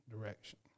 direction